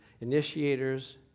initiators